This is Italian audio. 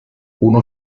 uno